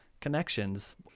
connections